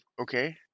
Okay